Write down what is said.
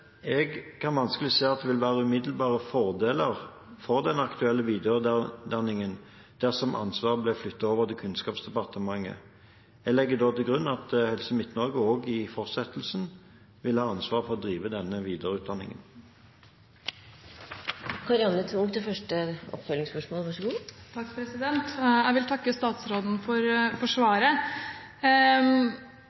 Jeg kan vanskelig se at det vil være umiddelbare fordeler for den aktuelle videreutdanningen dersom ansvaret blir flyttet over til Kunnskapsdepartementet. Jeg legger da til grunn at Helse Midt-Norge også i fortsettelsen vil ha ansvaret for å drive denne videreutdanningen. Jeg takker statsråden for svaret. Endring av eierskapsdepartement er ønsket av utdanningsmiljøet selv. Det er for